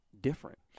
different